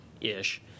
ish